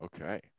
Okay